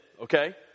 okay